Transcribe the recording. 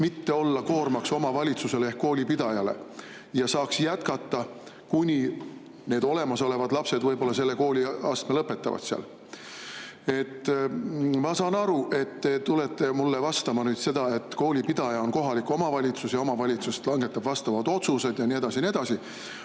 mitte olla koormaks omavalitsusele ehk koolipidajale ja saaks jätkata, kuni need olemasolevad lapsed võib-olla selle kooliastme lõpetavad seal. Ma saan aru, et te vastate mulle, et koolipidaja on kohalik omavalitsus ja omavalitsus langetab vastavad otsused ja nii edasi